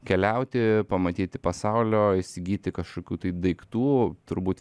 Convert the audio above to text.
keliauti pamatyti pasaulio įsigyti kažkokių tai daiktų turbūt